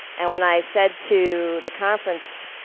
and when i said to the conference